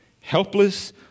helpless